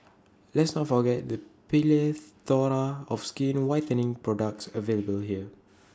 let's not forget the of skin whitening products available here